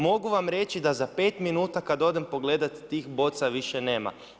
Mogu vam reći da za 5 minuta kad odem pogledati tih boca više nema.